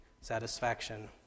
satisfaction